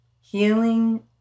Healing